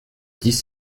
dix